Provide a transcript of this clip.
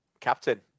Captain